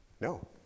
No